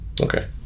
Okay